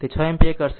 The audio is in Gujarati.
તે 6 એમ્પીયર કરશે